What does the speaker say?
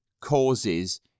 causes